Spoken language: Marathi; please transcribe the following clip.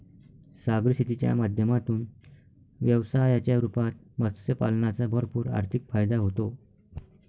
सागरी शेतीच्या माध्यमातून व्यवसायाच्या रूपात मत्स्य पालनाचा भरपूर आर्थिक फायदा होतो